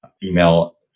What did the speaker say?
female